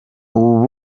ubu